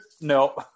no